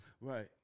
right